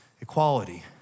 equality